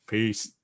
Peace